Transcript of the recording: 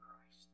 Christ